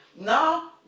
now